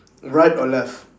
right or left